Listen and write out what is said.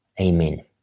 Amen